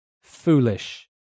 foolish